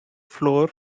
floor